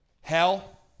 hell